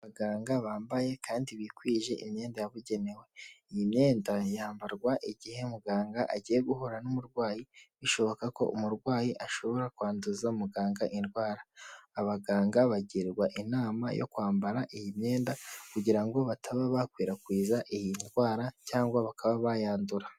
Abaganga bambaye kandi bikwije imyenda yabugenewe, iyi myenda yambarwa igihe muganga agiye guhura n'umurwayi bishoboka ko umurwayi ashobora kwanduza muganga indwara, abaganga bagirwa inama yo kwambara iyi myenda kugira ngo bataba bakwirakwiza iyi ndwara cyangwa bakaba bayandura.